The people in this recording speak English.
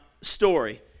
story